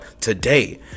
today